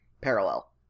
parallel